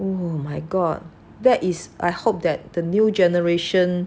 oh my god that is I hope that the new generation